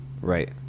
Right